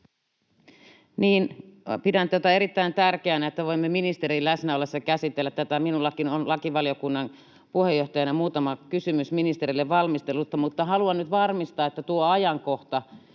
tätä erittäin tärkeänä, että voimme ministerin läsnä ollessa käsitellä tätä. Minullakin on lakivaliokunnan puheenjohtajana muutama kysymys ministerille valmistelusta. Mutta haluan nyt varmistaa tuosta ajankohdasta: